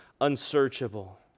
unsearchable